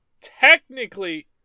Technically